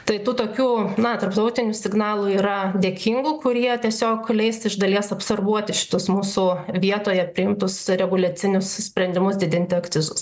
tai tų tokių na tarptautinių signalų yra dėkingų kurie tiesiog leis iš dalies absorbuoti šitus mūsų vietoje priimtus reguliacinius sprendimus didinti akcizus